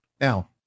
Now